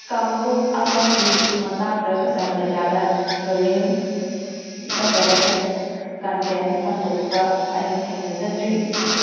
ꯀꯥꯡꯂꯨꯞ ꯑꯃꯒꯤ ꯃꯇꯥꯡꯗ ꯁꯣꯁꯤꯌꯦꯜ ꯃꯦꯗꯤꯌꯥꯗ ꯕꯨꯜꯂꯤꯌꯤꯡ ꯅꯠꯇꯔꯒ ꯍꯦꯠ ꯀꯟꯇꯦꯟ ꯁꯟꯗꯣꯛꯄ ꯑꯩꯒꯤ ꯊꯦꯡꯅꯖꯗ꯭ꯔꯤ